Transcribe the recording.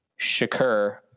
shakur